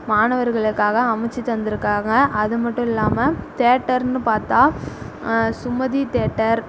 மாணவர்களுக்காக அமைச்சு தந்துருக்காங்க அது மட்டும் இல்லாமால் தேட்டர்னு பார்த்தா சுமதி தேட்டர்